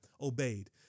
Obeyed